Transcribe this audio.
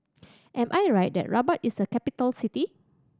am I right that Rabat is a capital city